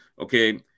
okay